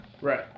Right